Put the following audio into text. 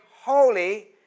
holy